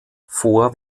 vor